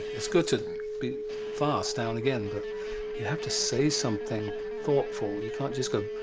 it's good to be fast now and again, but you have to say something thoughtful. you can't just go,